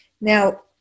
Now